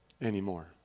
anymore